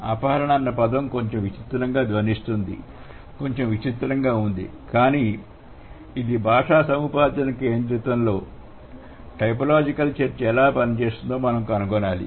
అపహరణ అన్న పదం కొంచెం విచిత్రంగా ధ్వనిస్తుంది కొంచెం విచిత్రంగా ఉంది కానీ అప్పుడు ఇది భాషా సముపార్జన కేంద్రితలో టైపోలాజికల్ చర్చ ఎలా పనిచేస్తుందో మనం కనుగొనాలి